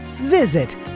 Visit